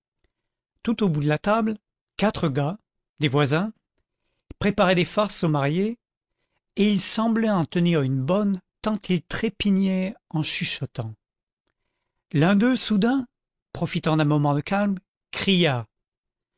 tout au bout de la table quatre gars des voisins préparaient des farces aux mariés et ils semblaient en tenir une bonne tant ils trépignaient en chuchotant l'un d'eux soudain profitant d'un moment de calme cria